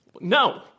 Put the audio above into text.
No